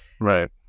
Right